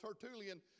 Tertullian